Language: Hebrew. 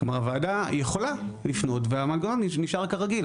כלומר הוועדה יכולה לפנות והמנגנון נשאר כרגיל.